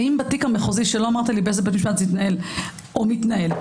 האם בתיק המחוזי שלא אמרת לי באיזה תיק התנהל או מתנהל,